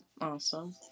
Awesome